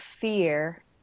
fear